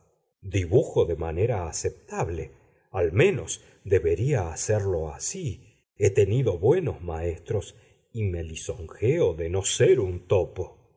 dibujo de manera aceptable al menos debería hacerlo así he tenido buenos maestros y me lisonjeo de no ser un topo